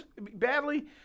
badly